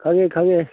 ꯈꯪꯉꯦ ꯈꯪꯉꯦ